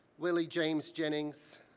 willie james jennings,